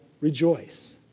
rejoice